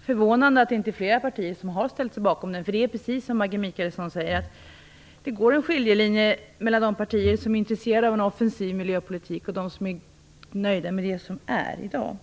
förvånande att det inte är fler partier som har ställt sig bakom den. Det är precis som Maggi Mikaelsson säger - det går en skiljelinje mellan de partier som är intresserade av en offensiv miljöpolitik och dem som är nöjda med det som är i dag.